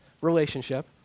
relationship